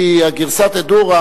כי גרסת א-דורה,